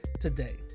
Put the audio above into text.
today